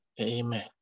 Amen